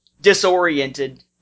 disoriented